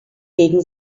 gegen